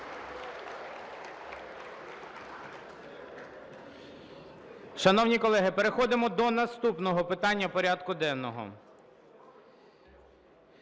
Дякую.